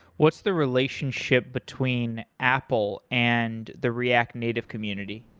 what's the relationship between apple and the react native community?